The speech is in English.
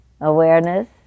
awareness